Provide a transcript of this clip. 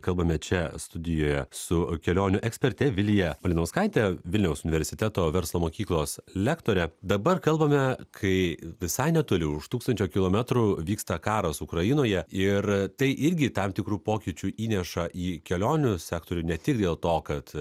kalbame čia studijoje su kelionių eksperte vilija malinauskaite vilniaus universiteto verslo mokyklos lektore dabar kalbame kai visai netoli už tūkstančio kilometrų vyksta karas ukrainoje ir tai irgi tam tikrų pokyčių įneša į kelionių sektorių ne tik dėl to kad